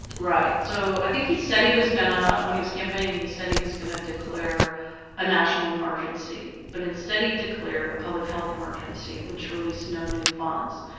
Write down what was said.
right, so i think he said he was going to, when he was campaigning he said he was going to declare a national emergency, but instead he declared a public health emergency, which released no new funds.